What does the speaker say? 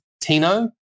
tino